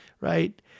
right